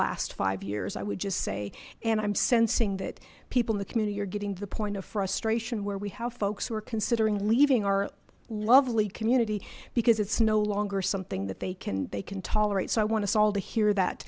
last five years i would just say and i'm sensing that people in the community are getting to the point of frustration where we have folks who are considering leaving our lovely community because it's no longer something that they can they can tolerate so i want us all to hear that